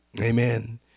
Amen